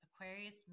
Aquarius